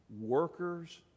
workers